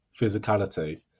physicality